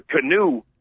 canoe